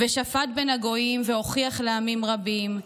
ושפט בין הגוים והוכיח לעמים רבים,